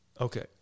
okay